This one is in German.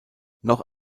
noch